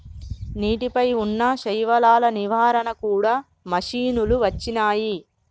నీటి పై వున్నా శైవలాల నివారణ కూడా మషిణీలు వచ్చినాయి